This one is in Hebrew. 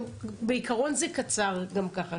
שבעיקרון זה קצר גם ככה,